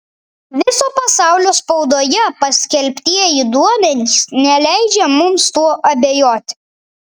viso pasaulio spaudoje paskelbtieji duomenys neleidžia mums tuo abejoti